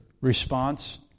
response